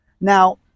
Now